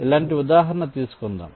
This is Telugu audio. ఇలాంటి ఉదాహరణ తీసుకుందాం